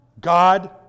God